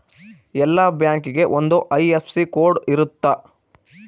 ಎಲ್ಲಾ ಬ್ಯಾಂಕಿಗೆ ಒಂದ್ ಐ.ಎಫ್.ಎಸ್.ಸಿ ಕೋಡ್ ಇರುತ್ತ